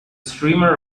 streamer